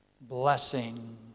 blessing